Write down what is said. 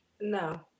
No